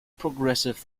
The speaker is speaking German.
progressive